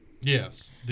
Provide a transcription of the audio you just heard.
Yes